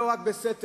לא רק בסתר,